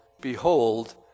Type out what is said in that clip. Behold